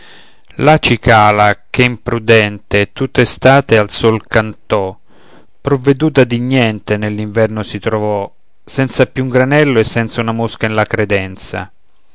la cicala che imprudente tutto estate al sol cantò provveduta di niente nell'inverno si trovò senza più un granello e senza una mosca in la credenza